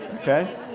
Okay